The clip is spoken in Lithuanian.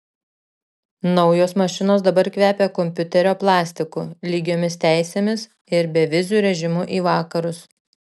naujos mašinos dabar kvepia kompiuterio plastiku lygiomis teisėmis ir beviziu režimu į vakarus